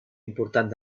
important